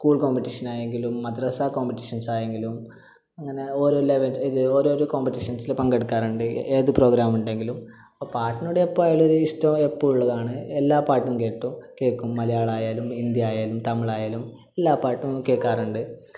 school competition ആയെങ്കിലും മദ്രസ്സ competitions ആയെങ്കിലും അങ്ങനെ ഓരോ ലെവൽ ഇത് ഓരോരോ കോമ്പിറ്റീഷൻസില് പങ്കെടുക്കാറുണ്ട് ഏത് പ്രോഗ്രാം ഉണ്ടെങ്കിലും അപ്പോൾ പാട്ടിനോട് എപ്പോൾ ആയാലും ഒരിഷ്ടം എപ്പോഴും ഉള്ളതാണ് എല്ലാ പാട്ടും കേട്ടോ കേൾക്കും മലയാളമായാലും ഹിന്ദി ആയാലും തമിഴായാലും എല്ലാ പാട്ടും കേൾക്കാറുണ്ട്